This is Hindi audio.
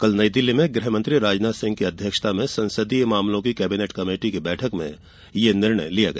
कल नई दिल्ली में गृह मंत्री राजनाथ सिंह की अध्यक्षता में संसदीय मामलों की कैबिनेट कमेटी की बैठक में यह निर्णय लिया गया